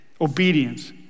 Obedience